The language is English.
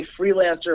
freelancer